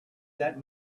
that